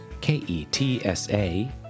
K-E-T-S-A